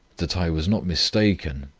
that i was not mistaken,